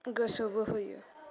गोसो बोहोयो